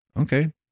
Okay